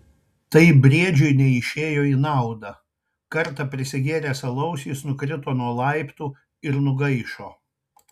tai briedžiui neišėjo į naudą kartą prisigėręs alaus jis nukrito nuo laiptų ir nugaišo